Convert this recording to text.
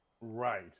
Right